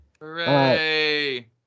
Hooray